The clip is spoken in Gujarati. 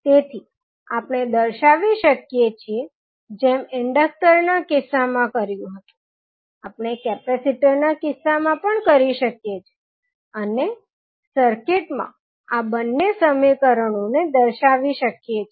તેથી આપણે દર્શાવી શકીએ છીએ જેમ ઇન્ડક્ટક્ટરના કિસ્સામાં કર્યુ હતુ આપણે કેપેસિટરના કિસ્સામાં પણ કરી શકીએ છીએ અને સર્કિટમાં આ બંને સમીકરણોને દર્શાવી શકીએ છીએ